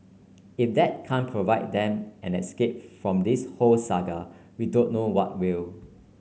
if that can't provide them an escape from this whole saga we don't know what will